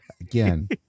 Again